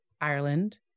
Ireland